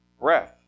breath